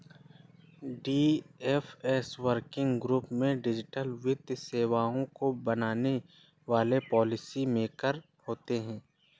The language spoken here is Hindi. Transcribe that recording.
डी.एफ.एस वर्किंग ग्रुप में डिजिटल वित्तीय सेवाओं को बनाने वाले पॉलिसी मेकर होते हैं